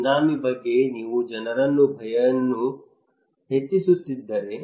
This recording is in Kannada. ಸುನಾಮಿ ಬಗ್ಗೆ ನೀವು ಜನರಲ್ಲಿ ಭಯವನ್ನು ಹೆಚ್ಚಿಸುತ್ತಿದ್ದರೆ